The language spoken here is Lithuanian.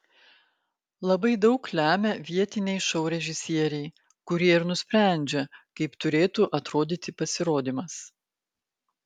labai daug lemia vietiniai šou režisieriai kurie ir nusprendžia kaip turėtų atrodyti pasirodymas